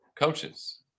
Coaches